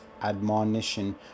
Admonition